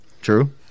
True